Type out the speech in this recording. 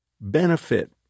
benefit